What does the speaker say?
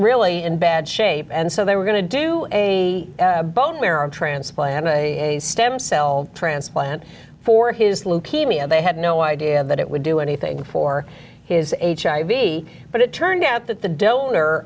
really in bad shape and so they were going to do a bone marrow transplant a stem cell transplant for his leukemia they had no idea that it would do anything for his h i v but it turned out that the donor